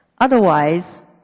Otherwise